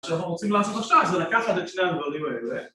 ‫שאנחנו רוצים לעשות עכשיו, זה לקחת את שני הדברים האלה